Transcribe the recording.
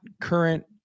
current